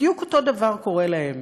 בדיוק אותו הדבר קורה להם.